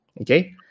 okay